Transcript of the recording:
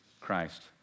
Christ